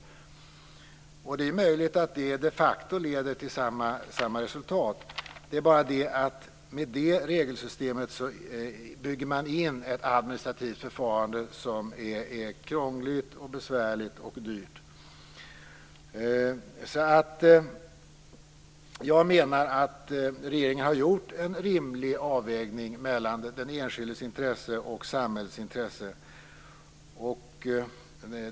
Det är möjligt att detta leder till samma resultat. Det är bara det att med det regelsystemet bygger man in ett administrativt förfarande som är dyrt, besvärligt och krångligt. Jag anser att regeringen har gjort en rimlig avvägning mellan den enskildes intresse och samhällsintresset.